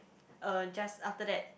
uh just after that